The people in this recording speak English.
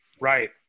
right